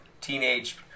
teenage